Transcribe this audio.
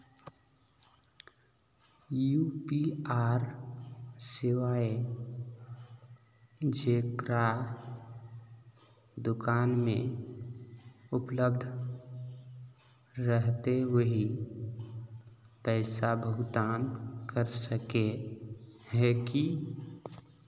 UPI सेवाएं जेकरा दुकान में उपलब्ध रहते वही पैसा भुगतान कर सके है की?